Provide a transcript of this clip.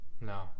No